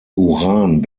uran